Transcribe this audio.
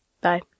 Bye